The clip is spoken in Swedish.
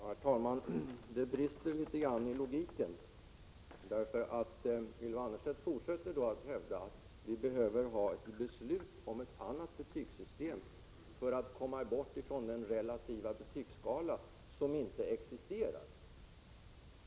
Herr talman! Det brister litet grand i logiken då Ylva Annerstedt fortsätter att hävda att vi behöver ha ett beslut om ett annat betygssystem för att komma bort från den relativa betygsskala som inte existerar.